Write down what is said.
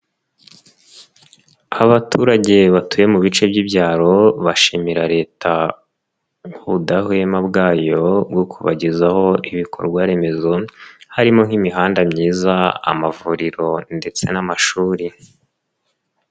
Abaturage batuye mu bice by'ibyaro bashimira Leta ubudahwema bwayo bwo kubagezaho ibikorwaremezo harimo nk'imihanda myiza, amavuriro ndetse n'amashuri.